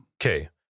Okay